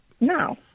No